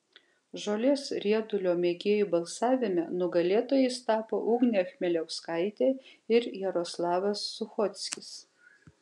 žolės riedulio mėgėjų balsavime nugalėtojais tapo ugnė chmeliauskaitė ir jaroslavas suchockis